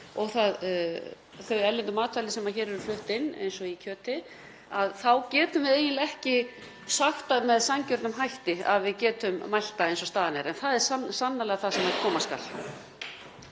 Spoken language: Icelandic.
og þau erlendu matvæli sem hér eru flutt inn, eins og í kjöti, þá getum við eiginlega ekki sagt það með sanngjörnum hætti að við getum mælt það eins og staðan er. En það er sannarlega það sem koma skal.